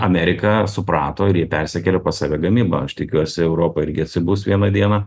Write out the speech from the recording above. amerika suprato ir jie persikėlė pas save gamybą aš tikiuosi europa irgi atsibus vieną dieną